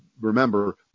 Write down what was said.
remember